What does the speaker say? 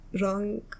wrong